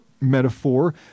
metaphor